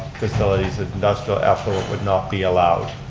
facilities, or industrial effluent, would not be allowed.